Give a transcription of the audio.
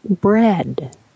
Bread